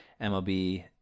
MLB